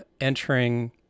entering